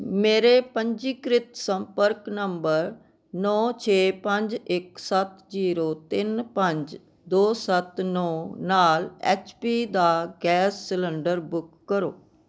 ਮੇਰੇ ਪੰਜੀਕ੍ਰਿਤ ਸੰਪਰਕ ਨੰਬਰ ਨੌਂ ਛੇ ਪੰਜ ਇੱਕ ਸੱਤ ਜ਼ੀਰੋ ਤਿੰਨ ਪੰਜ ਦੋ ਸੱਤ ਨੌਂ ਨਾਲ ਐਚ ਪੀ ਦਾ ਗੈਸ ਸਿਲੰਡਰ ਬੁੱਕ ਕਰੋ